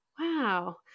wow